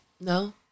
No